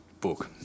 book